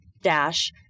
dash